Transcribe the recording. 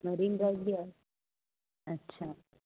marine Drive बि आहे अच्छा